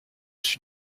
sud